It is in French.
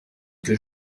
que